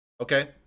Okay